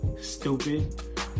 stupid